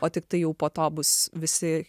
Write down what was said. o tiktai jau po to bus visi